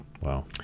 Wow